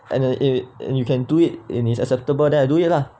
and then it and you can do it and it's acceptable then I do it lah